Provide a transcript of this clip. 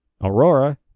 Aurora